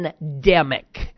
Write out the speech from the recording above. endemic